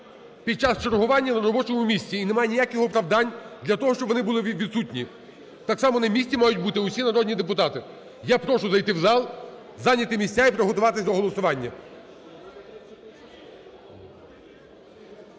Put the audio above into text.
під час чергування на робочу місці і немає ніяких оправдань для того, щоб вони були відсутні. Так само на місці мають бути усі народні депутати. Я прошу зайти в зал, зайняти місця і приготуватись до голосування.